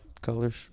Colors